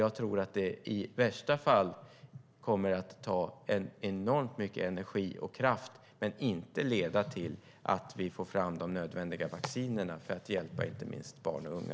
Jag tror att det i värsta fall kommer att ta enormt mycket energi och kraft utan att leda till att vi får fram de nödvändiga vaccinerna för att hjälpa inte minst barn och unga.